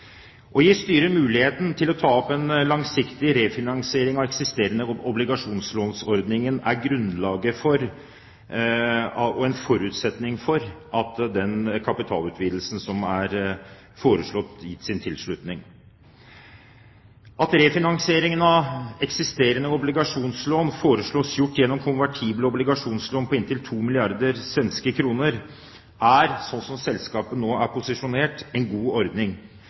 Å gi styret muligheten til å ta opp en langsiktig refinansiering av eksisterende obligasjonslåneordning er grunnlaget for og en forutsetning for at den kapitalutvidelsen som er foreslått, gis tilslutning. At refinansieringen av eksisterende obligasjonslån foreslås gjort gjennom konvertible obligasjonslån på inntil 2 milliarder svenske kroner, er, sånn som selskapet nå er posisjonert, en god ordning.